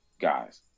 guys